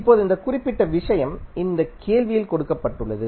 இப்போது இந்த குறிப்பிட்ட விஷயம் இந்த கேள்வியில் கொடுக்கப்பட்டுள்ளது